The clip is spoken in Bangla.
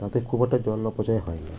তাতে খুব একটা জল অপচয় হয় না